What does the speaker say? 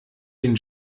den